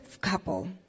couple